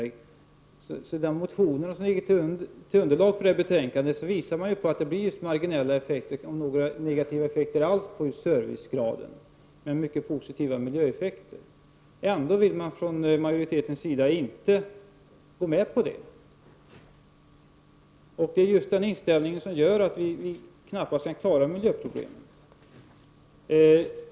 I de motioner som föranlett detta betänkande påvisas att detta får endast marginella effekter eller knappast några negativa effekter alls på servicegraden, men mycket positiva miljöeffekter. Ändå vill man från majoritetens sida inte gå med på det. Det är just den inställningen som gör att vi knappast kan klara miljöproblemen.